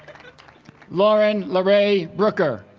lauren larae brooker